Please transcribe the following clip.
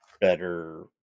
better